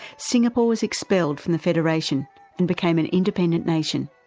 singapore was expelled from the federation and became an independent nation.